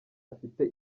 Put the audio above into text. afite